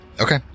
Okay